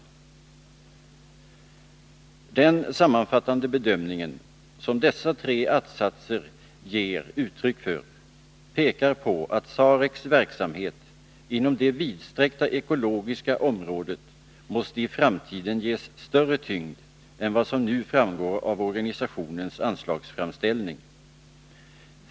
Den sammanfattande bedömning som dessa tre att-satser ger uttryck för pekar på att SAREC:s verksamhet inom det vidsträckta ekologiska området måste i framtiden ges större tyngd än vad som nu framgår av organisationens anslagsframställning.